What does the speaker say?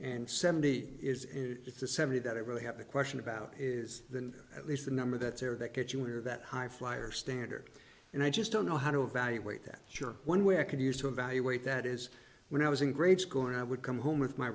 and seventy is in it to seventy that i really have a question about is the at least the number that's there that kitchener that high flyer standard and i just don't know how to evaluate that sure one way i could use to evaluate that is when i was in grade school and i would come home with my